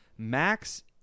Max